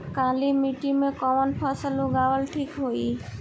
काली मिट्टी में कवन फसल उगावल ठीक होई?